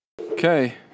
Okay